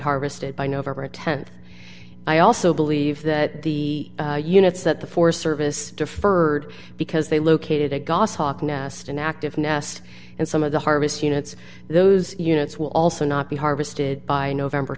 harvested by november th i also believe that the units that the forest service deferred because they located a goshawk nest inactive nest and some of the harvest units those units will also not be harvested by november